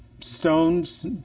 stones